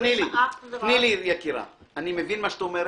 אנחנו מדברים אך ורק --- אני מבין מה שאת אומרת.